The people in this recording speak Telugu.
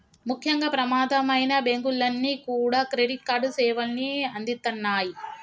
ముఖ్యంగా ప్రమాదమైనా బ్యేంకులన్నీ కూడా క్రెడిట్ కార్డు సేవల్ని అందిత్తన్నాయి